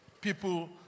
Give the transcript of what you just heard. people